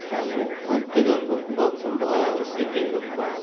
ಅಂದರೆ ಅಕ್ಕಿದೊಂದು ಬಾಕ್ಸು ಹಸಿಟ್ಟಿದೊಂದು ಬಾಕ್ಸು